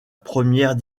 première